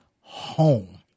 home